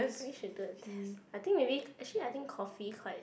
maybe should do a test I think maybe actually I think coffee quite